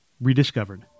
rediscovered